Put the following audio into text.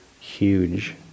huge